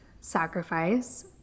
sacrifice